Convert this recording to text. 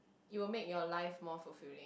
it will make your life more fulfilling